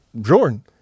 Jordan